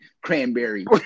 Cranberry